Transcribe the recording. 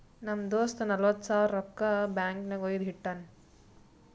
ನಮ್ ದೋಸ್ತ ನಲ್ವತ್ ಸಾವಿರ ರೊಕ್ಕಾ ಬ್ಯಾಂಕ್ ನಾಗ್ ವೈದು ಇಟ್ಟಾನ್